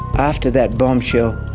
after that bombshell,